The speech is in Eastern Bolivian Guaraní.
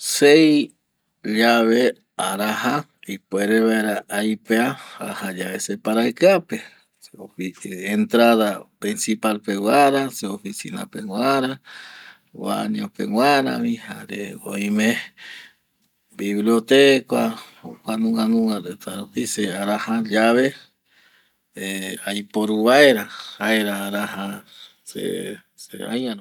Seis llave araja ipuere vaera aepea se paraiki peguara entrada peguara se oficina peguara baño peguara biblioteca, jokua jokua nunga reta pe se araja llave ˂hesitation˃ aiporu vaera jaera araja se aia rupi.